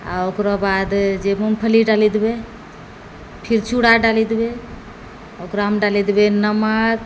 आओर ओकर बाद जे मूँगफली डालि देबै फेर चूड़ा डालि देबै ओकरामे डालि देबै नमक